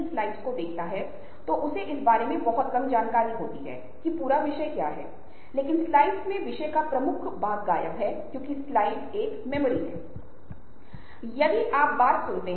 प्रासंगिकता छोटे और बड़े नेटवर्क में लोग कैसे व्यवहार करते हैं मैंने पहले से ही छह डिग्री पृथक्करण की अवधारणाओं पर चर्चा की है जो पहचानता है कि कौन प्रभावित है किस तरह की बातचीत होती है